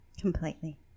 completely